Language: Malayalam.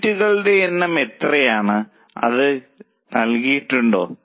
യൂണിറ്റുകളുടെ എണ്ണം എത്രയാണ് അത് നൽകിയിട്ടുണ്ടോ